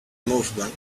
movement